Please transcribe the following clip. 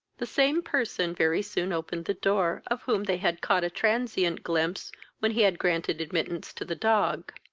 the same person very soon opened the door, of whom they had caught a transient glimpse when he had granted admittance to the dog.